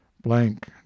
Blank